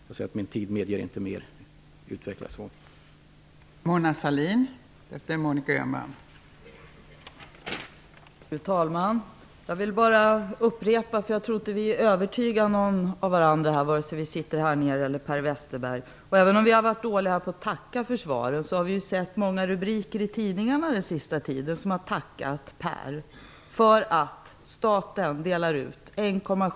Jag ser att min taletid inte medger att jag utvecklar mitt svar mer.